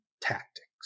tactics